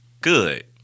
Good